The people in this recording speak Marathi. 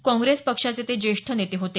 काँप्रेस पक्षाचे ते ज्येष्ठ नेते होते